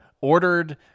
ordered